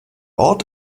ort